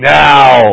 now